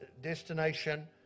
destination